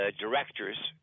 directors